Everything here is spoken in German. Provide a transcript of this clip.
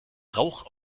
rauch